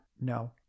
No